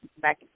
back